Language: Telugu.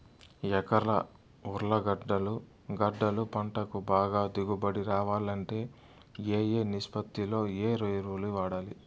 ఎకరా ఉర్లగడ్డలు గడ్డలు పంటకు బాగా దిగుబడి రావాలంటే ఏ ఏ నిష్పత్తిలో ఏ ఎరువులు వాడాలి?